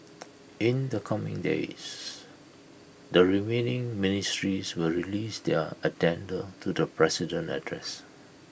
in the coming days the remaining ministries will release their addenda to the president's address